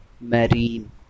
Marine